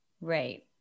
Right